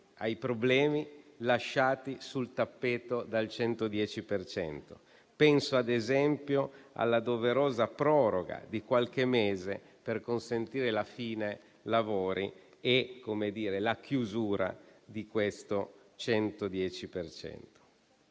ai problemi lasciati sul tappeto dal 110 per cento. Penso, ad esempio, alla doverosa proroga di qualche mese per consentire la fine dei lavori e la chiusura di questo 110